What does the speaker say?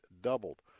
doubled